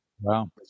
Wow